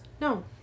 No